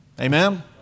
Amen